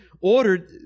ordered